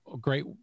great